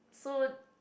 so